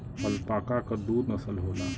alpaca क दू नसल होला